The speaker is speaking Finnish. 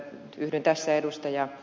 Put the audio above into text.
yhdyn tässä ed